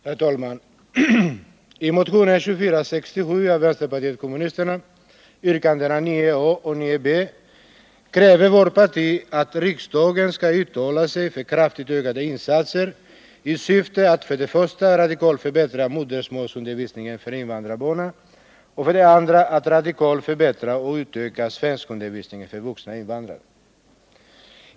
Herr talman! I motionen 1979/80:2467 av vpk, yrkandena 9 a och 9 b, kräver vårt parti att riksdagen skall uttala sig för kraftigt ökade insatser i syfte att för det första radikalt förbättra modersmålsundervisningen för invandrarbarn och för det andra att radikalt förbättra och utöka svenskundervisningen för vuxna invandrare.